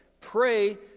Pray